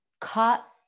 cut